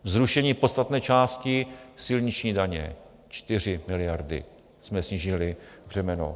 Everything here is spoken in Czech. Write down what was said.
Zrušení podstatné části silniční daně, 4 miliardy jsme snížili břemeno.